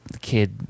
kid